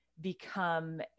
become